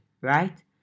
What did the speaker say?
right